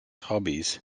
hobbies